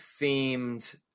themed